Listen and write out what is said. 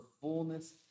fullness